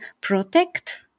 protect